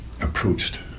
approached